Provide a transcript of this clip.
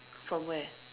from where